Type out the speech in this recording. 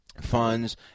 Funds